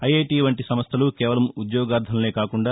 IIT వంటి సంస్దలు కేవలం ఉద్యోగార్దులనే కాకుండా